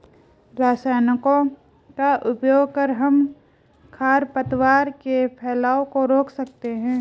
रसायनों का उपयोग कर हम खरपतवार के फैलाव को रोक सकते हैं